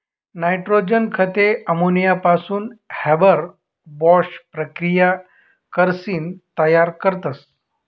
nitrogen खते अमोनियापासून Haber Bosch प्रकिया करीसन तयार करतस